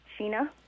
Sheena